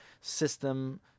system